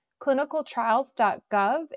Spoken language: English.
Clinicaltrials.gov